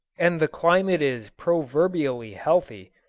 and the climate is proverbially healthy,